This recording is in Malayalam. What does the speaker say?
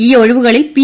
ഈ ഒഴിവുക്ളിൽ ്പി